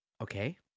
okay